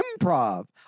improv